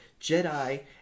jedi